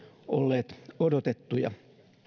olleet odotettuja